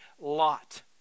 lot